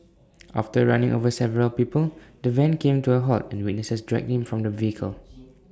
after running over several people the van came to A halt and witnesses dragged him from the vehicle